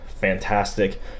fantastic